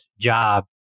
job